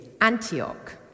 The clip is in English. Antioch